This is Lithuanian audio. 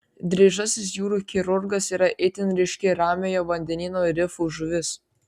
dryžasis jūrų chirurgas yra itin ryški ramiojo vandenyno rifų žuvis